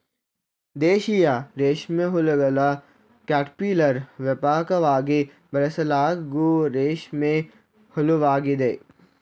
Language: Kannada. ದೇಶೀಯ ರೇಷ್ಮೆಹುಳುಗಳ ಕ್ಯಾಟರ್ಪಿಲ್ಲರ್ ವ್ಯಾಪಕವಾಗಿ ಬಳಸಲಾಗೋ ರೇಷ್ಮೆ ಹುಳುವಾಗಿದೆ